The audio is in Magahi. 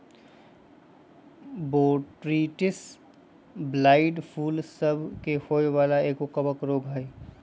बोट्रिटिस ब्लाइट फूल सभ के होय वला एगो कवक रोग हइ